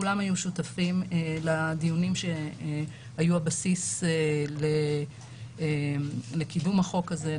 כולם היו שותפים לדיונים שהיו הבסיס לקידום החוק הזה,